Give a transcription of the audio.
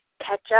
ketchup